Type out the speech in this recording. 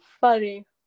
funny